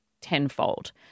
tenfold